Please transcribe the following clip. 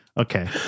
Okay